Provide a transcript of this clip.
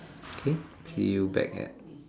k see you back at